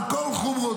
על כל חומרותיה.